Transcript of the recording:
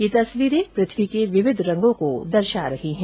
यह तस्वीरें पृथ्वी के विविध रंगों को दर्शाती हैं